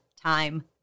time